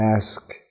ask